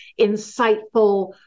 insightful